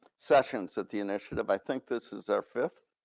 sessions at the initiative. i think this is our fifth.